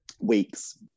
weeks